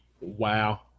Wow